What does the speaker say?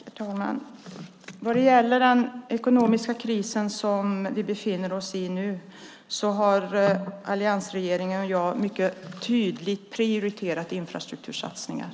Herr talman! Vad gäller den ekonomiska kris som vi befinner oss i nu har alliansregeringen och jag mycket tydligt prioriterat infrastruktursatsningar.